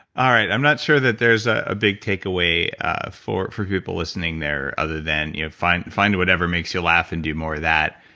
all right. i'm not sure that there's a big take away for for people listening there other than you know find find whatever makes you laugh and do more of that.